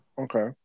Okay